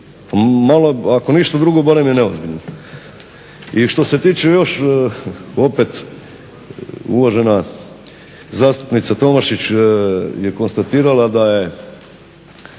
ako ništa drugo, barem je neozbiljno. I što se tiče još opet uvažena zastupnica Tomašić je konstatirala da je